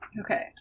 Okay